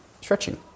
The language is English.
stretching